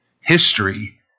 history